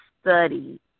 study